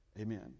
Amen